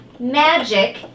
Magic